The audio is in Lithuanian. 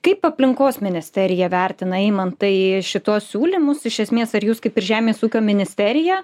kaip aplinkos ministerija vertina imant tai šituos siūlymus iš esmės ar jūs kaip ir žemės ūkio ministerija